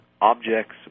objects